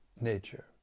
nature